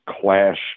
clash